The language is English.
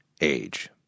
age